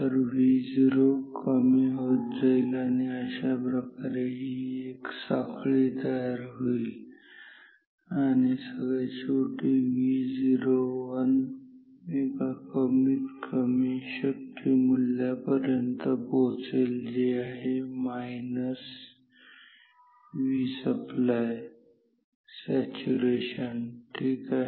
तर Vo कमी होत जाईल आणि अशाप्रकारे ही साखळी तयार होईल आणि सगळ्यात शेवटी Vo1 एका कमीत कमी शक्य मूल्य पर्यंत पोहोचेल जे आहे Vsupply सॅच्युरेशन ठीक आहे